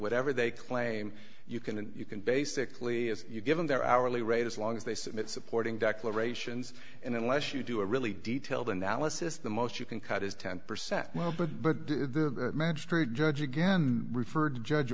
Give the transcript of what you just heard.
whatever they claim you can and you can basically if you give them their hourly rate as long as they submit supporting declarations and unless you do a really detailed analysis the most you can cut is ten percent now but but the magistrate judge again referred to judge